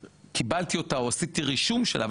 קיבלתי אותה או עשיתי רישום שלה,